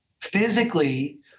physically